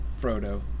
Frodo